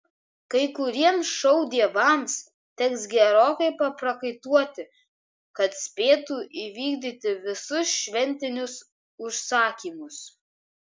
kai kuriems šou dievams teks gerokai paprakaituoti kad spėtų įvykdyti visus šventinius užsakymus